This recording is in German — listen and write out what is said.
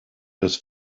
das